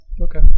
Okay